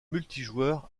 multijoueur